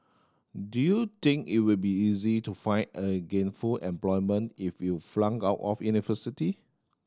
do you think it will be easy to find a gainful employment if you flunked out of university